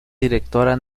directora